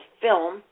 film